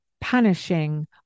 punishing